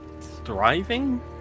thriving